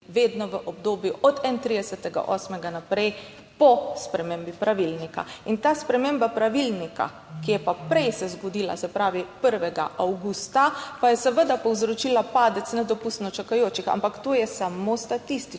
vedno v obdobju od 31. 8. naprej, po spremembi pravilnika. In ta sprememba pravilnika, ki je pa prej se zgodila, se pravi 1. avgusta, pa je seveda povzročila padec nedopustno čakajočih, ampak to je samo statistično,